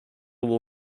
will